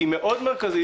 והיא מרכזית מאוד,